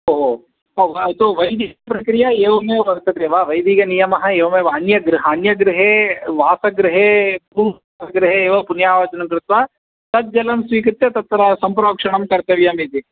ओ हो हो यथा वैदिकप्रक्रिया एवमेव वर्तते वा वैदिकनियमः एवमेव अन्यगृहे अन्यगृहे वासगृहे पूर्वगृहे एव पुन्याहवचनं कृत्वा तज्जलं स्वीकृत्य तत्र सम्प्रोक्षणं कर्तव्यमिति